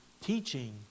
Teaching